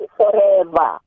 forever